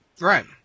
Right